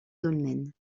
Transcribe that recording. dolmen